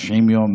90 יום,